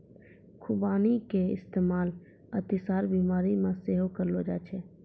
खुबानी के इस्तेमाल अतिसार बिमारी मे सेहो करलो जाय छै